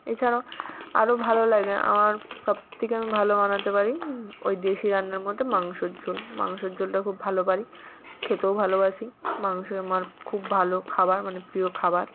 এইছাড়াও আরও ভালো লাগে আমার সবথেকে আমি ভালো বানাতে পারি ওই দেশি রান্নার মধ্যে মাংসর ঝোল মাংসর ঝোলটা খুব ভালো পারি খেতেও ভালোবাসি মাংসই আমার খুব ভালো খাবার মানে প্রিয় খাবার